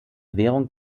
währung